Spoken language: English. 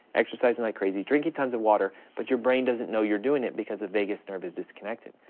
exercising like crazy, drinking tons of water, but your brain doesn't know you're doing it because the vagus nerve is disconnected.